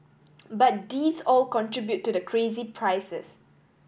but these all contribute to the crazy prices